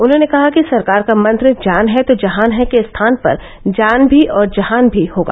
उन्होंने कहा कि सरकार का मंत्र जान है तो जहान है के स्थान पर जान भी और जहान भी होगा